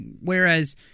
whereas